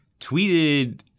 tweeted